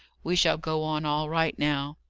we shall go on all right now.